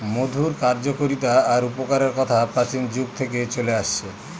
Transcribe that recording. মধুর কার্যকতা আর উপকারের কথা প্রাচীন যুগ থেকে চলে আসছে